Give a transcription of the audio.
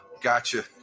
gotcha